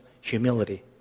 humility